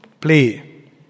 play